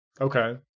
Okay